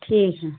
ठीक है